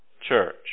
church